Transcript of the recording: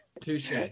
touche